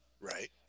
Right